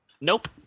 Nope